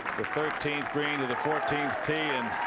the thirteenth green in the fourteen tee